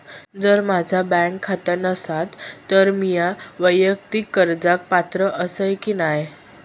जर माझा बँक खाता नसात तर मीया वैयक्तिक कर्जाक पात्र आसय की नाय?